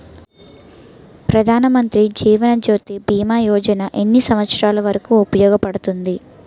ప్రధాన్ మంత్రి జీవన్ జ్యోతి భీమా యోజన ఎన్ని సంవత్సారాలు వరకు ఉపయోగపడుతుంది?